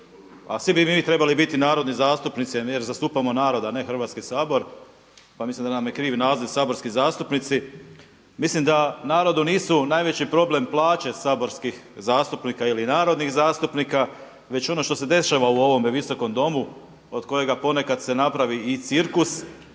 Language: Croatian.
a svi bi mi trebali biti narodni zastupnici jer zastupamo narod a ne Hrvatski sabor, pa mislim da nam je krivi naziv saborski zastupnici. Mislim da narodu nisu najveći problem plaće saborskih zastupnika ili narodnih zastupnika već ono što se dešava u ovome Visokom domu od kojega ponekad se napravi i cirkus.